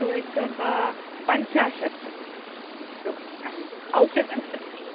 शुक्लम् पञ्चाशत् रूप्यकाणि औषधं प्रति